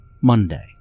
Monday